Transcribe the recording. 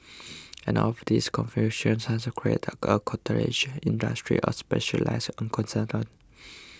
and all of this confusion has created a industry of specialised accountants